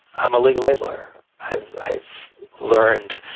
i'm a legal aid lawyer i've i've learned